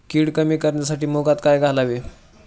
कीड कमी करण्यासाठी मुगात काय घालावे?